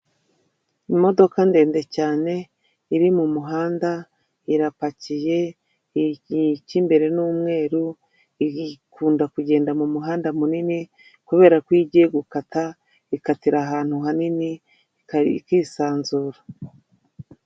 Imodoka ndende cyane, iri mu muhanda, irapakiye, icy'imbere ni umweru ikunda kugenda mu muhanda munini, kubera ko igiye gukata ikatira ahantu hanini ikisanzura.